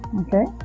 okay